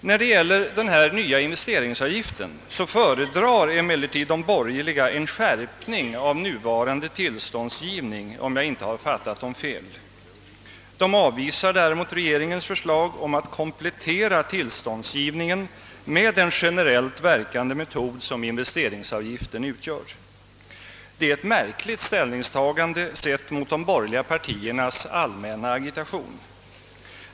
När det gäller denna nya investeringsavgift föredrar emellertid de borgerliga en skärpning av nuvarande tillståndsgivning, om jag inte fattat dem fel. De avvisar däremot regeringens förslag om att komplettera tillståndsgivningen med den generellt verkande metod som investeringsavgiften utgör. Det är ett märkligt ställningstagande sett mot de borgerliga partiernas allmänna agitation.